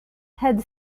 had